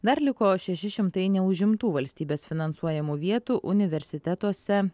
dar liko šeši šimtai neužimtų valstybės finansuojamų vietų universitetuose